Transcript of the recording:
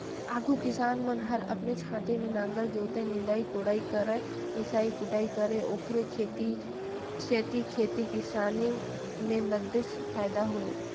आघु किसान मन हर अपने हाते में नांगर जोतय, निंदई कोड़ई करयए मिसई कुटई करय ओखरे सेती खेती किसानी में नगदेच फायदा होय